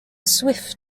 swift